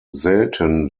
selten